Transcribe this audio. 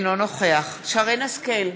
אינו נוכח שרן השכל,